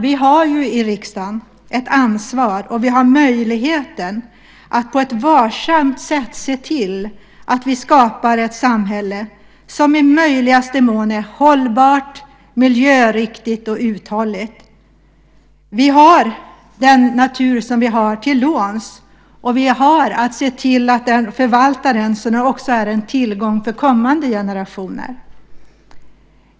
Vi har i riksdagen ett ansvar och möjligheten att på ett varsamt sätt se till att vi skapar ett samhälle som i möjligaste mån är hållbart, miljöriktigt och uthålligt. Vi har den natur som vi har till låns. Vi ska förvalta den så att den också är en tillgång för kommande generationer.